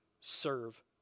serve